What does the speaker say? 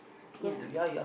ya